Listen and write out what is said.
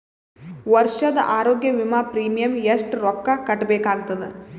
ವರ್ಷದ ಆರೋಗ್ಯ ವಿಮಾ ಪ್ರೀಮಿಯಂ ಎಷ್ಟ ರೊಕ್ಕ ಕಟ್ಟಬೇಕಾಗತದ?